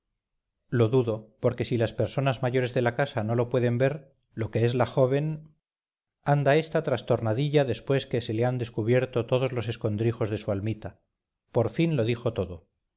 lo dudo porque si las personas mayores de la casa no lo pueden ver lo que es la joven anda esta trastornadilla después que se le han descubierto todos los escondrijos de su almita por fin lo dijo todo